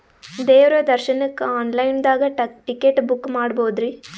ದೇವ್ರ ದರ್ಶನಕ್ಕ online ದಾಗ ಟಿಕೆಟ ಬುಕ್ಕ ಮಾಡ್ಬೊದ್ರಿ?